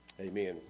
Amen